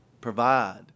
provide